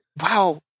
Wow